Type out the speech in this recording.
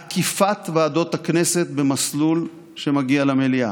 עקיפת ועדות הכנסת במסלול שמגיע למליאה,